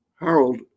Harold